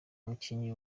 umukinnyi